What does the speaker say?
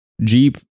Jeep